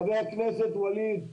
חבר הכנסת ווליד,